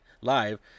live